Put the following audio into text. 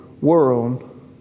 world